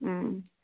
ம்